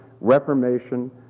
Reformation